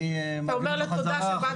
אתה אומר לו: תודה שבאת.